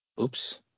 Oops